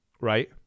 Right